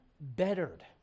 bettered